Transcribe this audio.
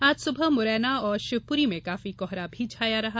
आज सुबह मुरैना और शिवपुरी में काफी कोहरा भी छाया रहा